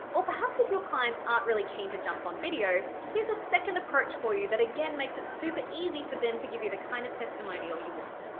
or perhaps if your clients aren't really keen to jump on video, here's a second approach for you that again makes it super easy for them to give you the kind of testimonial you want.